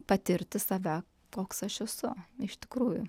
patirti save koks aš esu iš tikrųjų